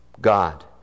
God